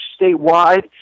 statewide